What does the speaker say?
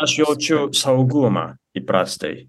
aš jaučiu saugumą įprastai